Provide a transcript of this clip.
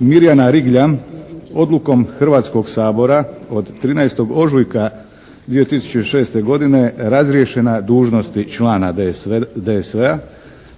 Mirjana Rigljan odlukom Hrvatskoga sabora od 13. ožujka 2006. godine razriješena dužnosti člana DSV-a